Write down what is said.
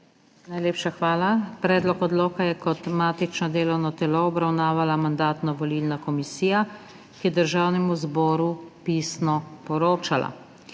Najlepša hvala. Predlog odloka je kot matično delovno telo obravnavala Mandatno-volilna komisija, ki je Državnemu zboru pisno poročala.